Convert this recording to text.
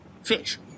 Fish